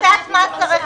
לא, ממש לא.